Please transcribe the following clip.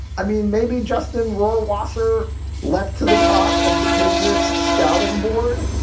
i mean, maybe justin rhorer wasser leapt to the top of the patriots scouting board.